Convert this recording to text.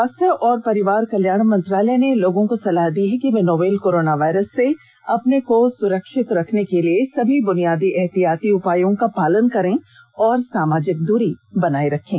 स्वास्थ्य और परिवार कल्याण मंत्रालय ने लोगों को सलाह दी है कि वे नोवल कोरोना वायरस से अपने को सुरक्षित रखने के लिए सभी बुनियादी एहतियाती उपायों का पालन करें और सामाजिक दूरी बनाए रखें